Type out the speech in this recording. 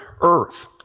earth